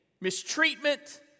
mistreatment